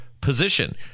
position